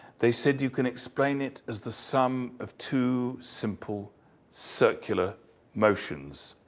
they said you can explain it as the sum of two simple circular motions.